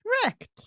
Correct